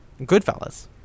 goodfellas